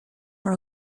for